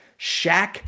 Shaq